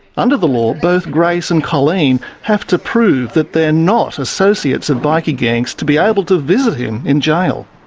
under the law, both grace and colleen have to prove that they're not associates of bikie gangs to be able to visit him in jail.